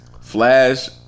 Flash